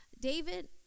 David